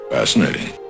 Fascinating